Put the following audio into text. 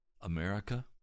America